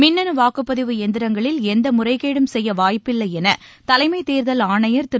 மின்னணுவாக்குப்பதிவு எந்திரங்களில் எந்தமுறைகேடும் செய்யவாய்ப்பில்லைஎனதலைமைத் தேர்தல் ஆணையர் திரு